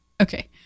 Okay